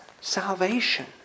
salvation